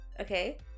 Okay